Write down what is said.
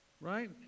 Right